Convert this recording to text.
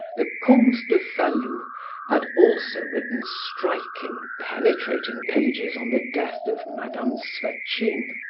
the comte de falloux had also written striking, penetrating pages on the death of madame swetchine,